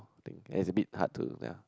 bit as a bit hard to sia